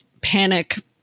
panic